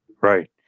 Right